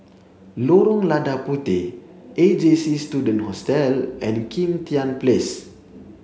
Lorong Lada Puteh A J C Student Hostel and Kim Tian Place